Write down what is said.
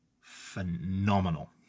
phenomenal